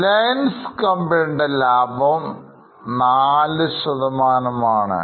reliance കമ്പനിയുടെ ലാഭം4 ആണ്